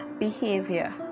behavior